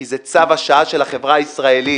כי צו השעה של החברה הישראלית.